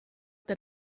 that